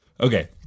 Okay